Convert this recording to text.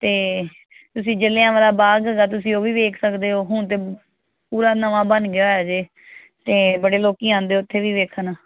ਅਤੇ ਤੁਸੀਂ ਜਲ੍ਹਿਆਂਵਾਲਾ ਬਾਗ ਹੈਗਾ ਤੁਸੀਂ ਉਹ ਵੀ ਵੇਖ ਸਕਦੇ ਹੋ ਹੁਣ ਤਾਂ ਪ ਪੂਰਾ ਨਵਾਂ ਬਣ ਗਿਆ ਹੈ ਜੇ ਅਤੇ ਬੜੇ ਲੋਕ ਆਉਂਦੇ ਉੱਥੇ ਵੀ ਵੇਖਣ